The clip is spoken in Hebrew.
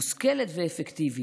מושכלת ואפקטיבית.